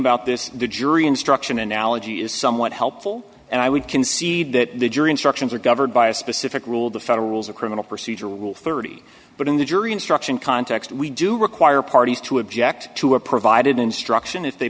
about this the jury instruction analogy is somewhat helpful and i would concede that the jury instructions are governed by a specific rule the federal rules of criminal procedure will thirty but in the jury instruction context we do require parties to object to or provided instruction if they